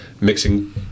mixing